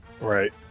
Right